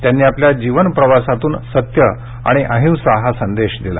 त्यांनी आपल्या जीवन प्रवासातून सत्य आणि अहिंसा हा संदेश दिला